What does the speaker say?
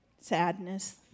sadness